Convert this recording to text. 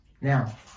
Now